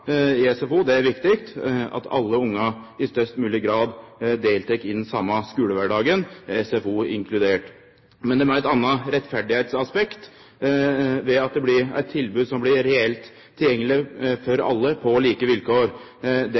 i SFO. Det er viktig at alle ungar i størst mogleg grad deltek i den same skulekvardagen, SFO inkludert. Men det er òg eit anna rettferdsaspekt ved at det blir eit tilbod som blir reelt tilgjengeleg for alle på like vilkår. Det